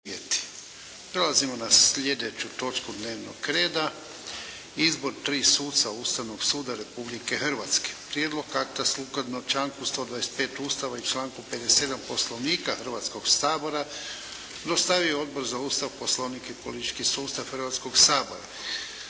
Prelazimo na sljedeću točku dnevnog reda - Izbor tri suca Ustavnog suda Republike Hrvatske Prijedlog akta sukladno članku 125. Ustava i članku 57. Poslovnika Hrvatskog sabora dostavio je Odbor za Ustav, Poslovnik i politički sustav Hrvatskog sabora.